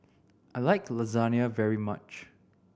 I like Lasagne very much